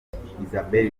isabel